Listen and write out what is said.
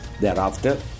Thereafter